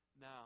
now